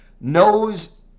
Knows